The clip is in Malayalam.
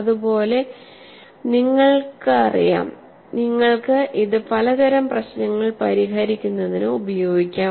അതുപോലെ നിങ്ങൾക്കറിയാം നിങ്ങൾക്ക് ഇത് പലതരം പ്രശ്നങ്ങൾ പരിഹരിക്കുന്നതിന് ഉപയോഗിക്കാം